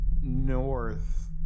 north